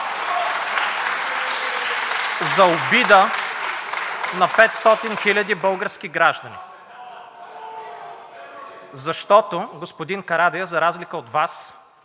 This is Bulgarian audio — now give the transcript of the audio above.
За обида на 500 хиляди български граждани. Защото, господин Карадайъ, за разлика от Вас